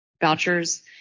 vouchers